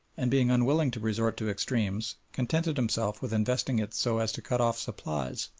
and, being unwilling to resort to extremes, contented himself with investing it so as to cut off supplies